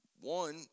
one